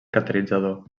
catalitzador